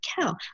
cow